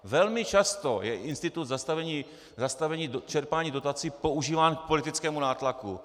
Velmi často je institut zastavení čerpání dotací používán k politickému nátlaku.